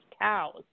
cows